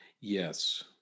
Yes